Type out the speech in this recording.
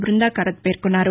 బృందాకారత్ పేర్కొన్నారు